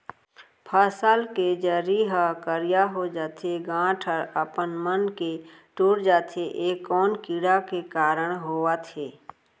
फसल के जरी ह करिया हो जाथे, गांठ ह अपनमन के टूट जाथे ए कोन कीड़ा के कारण होवत हे?